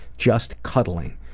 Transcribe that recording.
just cuddling.